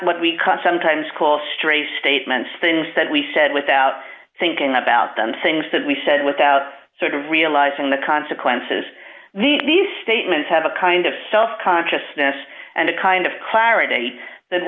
what we cut sometimes call straight statements things that we said without thinking about them things that we said without sort of realizing the consequences these statements have a kind of self consciousness and a kind of clarity tha